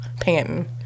panting